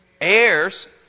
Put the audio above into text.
heirs